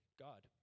God